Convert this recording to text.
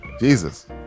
Jesus